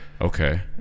Okay